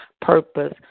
purpose